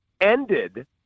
ended